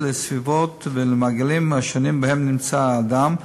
לסביבות ולמעגלים השונים שבהם נמצא האדם,